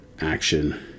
action